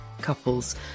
couples